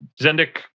Zendik